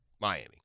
Miami